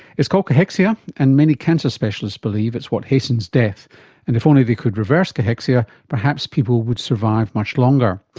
it's called cachexia and many cancer specialists believe it's what hastens death and if only they could reverse cachexia, perhaps people would survive much longer.